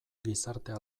gizartea